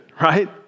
right